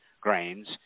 grains